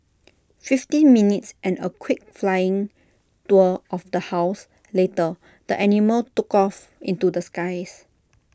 fifteen minutes and A quick flying tour of the house later the animal took off into the skies